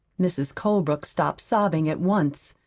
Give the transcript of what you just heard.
mrs. colebrook stopped sobbing at once,